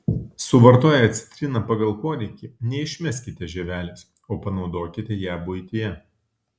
suvartoję citriną pagal poreikį neišmeskite žievelės o panaudokite ją buityje